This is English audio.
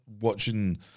watching